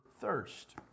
thirst